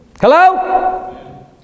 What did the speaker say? Hello